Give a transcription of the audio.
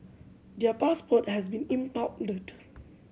their passport has been impounded